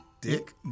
Dick